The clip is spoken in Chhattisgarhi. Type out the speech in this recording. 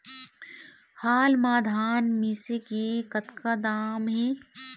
हाल मा धान मिसे के कतका दाम हे?